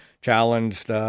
challenged